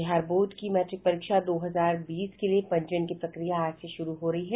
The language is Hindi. बिहार बोर्ड की मैट्रिक परीक्षा दो हजार बीस के लिए पंजीयन की प्रक्रिया आज से शुरू हो रही है